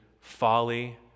folly